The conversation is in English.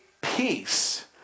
peace